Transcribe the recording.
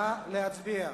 נא להצביע.